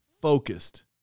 focused